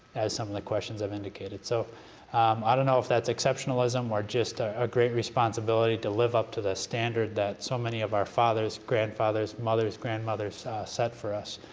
some of the questions i've indicated. so i um ah don't know if that's exceptionalism or just a great responsibility to live up to the standard that so many of our fathers, grandfathers, mothers, grandmothers set for us,